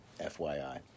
FYI